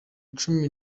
cumi